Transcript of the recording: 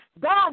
God